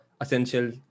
essential